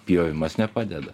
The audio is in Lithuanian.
pjovimas nepadeda